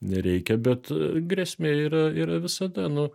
nereikia bet grėsmė yra yra visada nu